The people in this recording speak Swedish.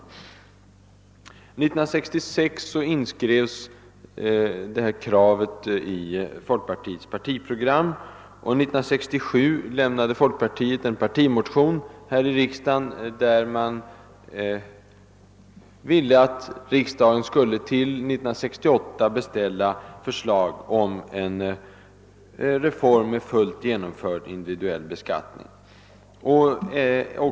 År 1966 inskrevs detta krav i folkpartiets partiprogram och år 1967 väckte folkpartiet en partimotion med hemställan att riksdagen skulle till år 1968 beställa förslag om en reform med fullt genomförd individuell beskattning.